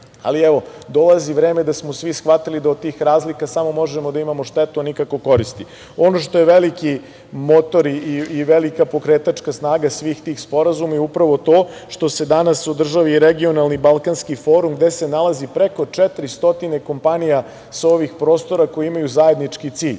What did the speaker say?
ali evo dolazi vreme da smo svi shvatili da od tih razlika samo možemo da imamo štetu, a nikako koristi. Ono što je veliki motor i velika pokretačka snaga svih tih sporazuma je upravo to što se danas u državi Regionalni balkanski forum, gde se nalazi preko 400 kompanija sa ovih prostora koje imaju zajednički cilj,